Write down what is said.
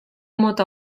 mota